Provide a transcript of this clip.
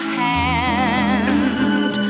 hand